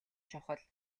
чухал